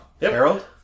Harold